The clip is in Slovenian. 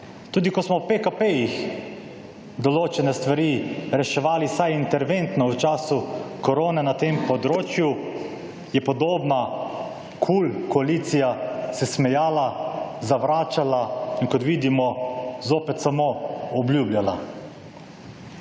Tudi ko smo v PKP-jih določene stvari reševali vsaj interventno v času korone na tem področju, je podobna KUL koalicija se smejala, zavračala in kot vidimo zopet samo obljubljala.